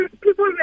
people